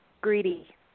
greedy